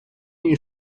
you